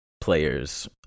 players